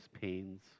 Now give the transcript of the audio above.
pains